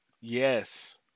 Yes